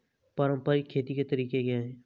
पारंपरिक खेती के तरीके क्या हैं?